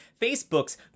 facebook's